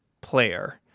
Player